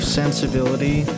sensibility